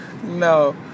No